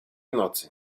nocy